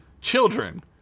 Children